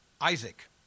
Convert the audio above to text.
Isaac